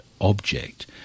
object